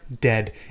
dead